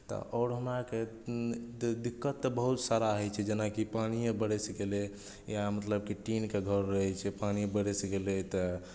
तऽ आओर हमरा आरकेँ तऽ दिक्कत तऽ बहुत सारा होइ छै जेनाकि पानिए बरसि गेलै या मतलब कि टीनके घर रहै छै पानि बरसि गेलै तऽ